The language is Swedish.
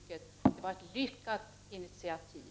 Det var ett lyckat initiativ.